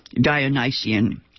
Dionysian